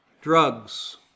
Drugs